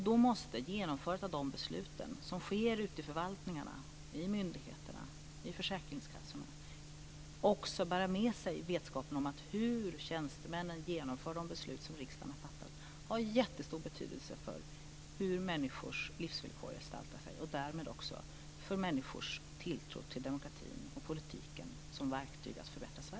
Då måste genomförandet av de besluten, som sker ute i förvaltningarna, i myndigheterna och i försäkringskassorna, också bära med sig vetskapen om att det sätt på vilket tjänstemännen genomför de beslut som riksdagen har fattat har jättestor betydelse för hur människors livsvillkor gestaltar sig, och därmed också för människors tilltro till demokratin och politiken som verktyg att förbättra Sverige.